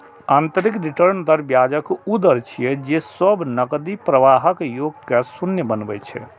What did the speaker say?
आंतरिक रिटर्न दर ब्याजक ऊ दर छियै, जे सब नकदी प्रवाहक योग कें शून्य बनबै छै